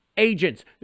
agents